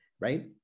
right